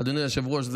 אדוני היושב-ראש,